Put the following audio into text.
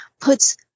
puts